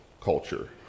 culture